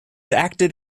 acted